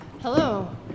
Hello